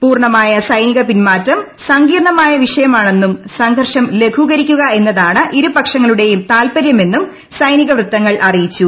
പൂർണ്ണമായ സൈനിക പിൻമാറ്റം സങ്കീർണ്ണ്മായ വിഷയമാണെന്നും സംഘർഷം ലഘൂകരിക്കുക എന്നിതാണ് ഇരു പക്ഷങ്ങളുടെയും താല്പര്യമെന്നും സൈനിക ്യൂത്തങ്ങൾ അറിയിച്ചു